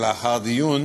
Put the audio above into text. לאחר דיון,